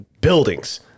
buildings